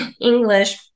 English